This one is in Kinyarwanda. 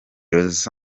los